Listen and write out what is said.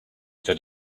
that